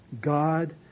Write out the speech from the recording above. God